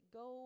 go